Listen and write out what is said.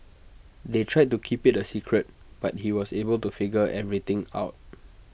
they tried to keep IT A secret but he was able to figure everything out